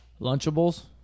Lunchables